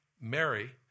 Mary